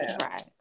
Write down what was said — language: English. Right